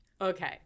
Okay